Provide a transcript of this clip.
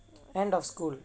end of school